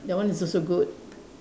that one is also good